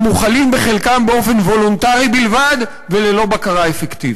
המוחלים בחלקם באופן וולונטרי בלבד וללא בקרה אפקטיבית.